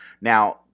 Now